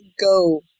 go